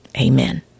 Amen